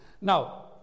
Now